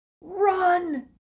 Run